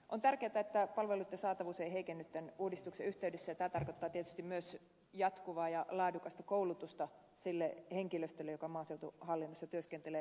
on tärkeätä että palveluitten saatavuus ei heikenny tämän uudistuksen yhteydessä ja tämä tarkoittaa tietysti myös jatkuvaa ja laadukasta koulutusta sille henkilöstölle joka maaseutuhallinnossa työskentelee